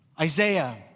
Isaiah